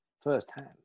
firsthand